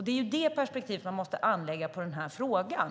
Det är det perspektivet man måste anlägga på den här frågan.